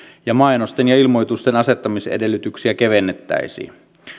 ja mainosten ja ilmoitusten asettamisedellytyksiä kevennettäisiin